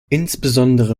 insbesondere